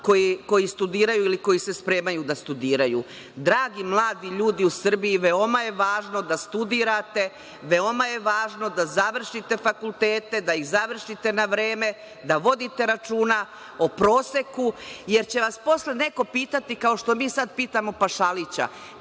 koji studiraju ili koji se spremaju da studiraju? Dragi mladi ljudi u Srbiji, veoma je važno da studirate, veoma je važno da završite fakultete, da ih završite na vreme, da vodite računa o proseku, jer će vas posle neko pitati, kao što mi sada pitamo Pašalića,